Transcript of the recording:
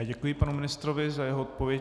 Děkuji panu ministrovi za jeho odpověď.